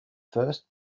first